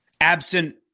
Absent